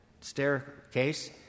staircase